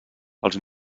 els